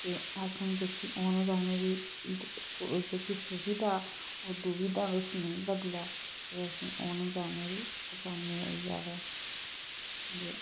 ते असें जेह्की औने जाने दी जेह्की सुविधा ओह् दुविधा बिच्च नेईं बदलै ते असें औने जाने दी असानी होई जावे